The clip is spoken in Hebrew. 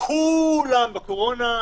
כולם בקורונה.